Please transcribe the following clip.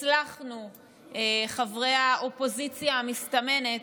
חברי האופוזיציה המסתמנת,